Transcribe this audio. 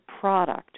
product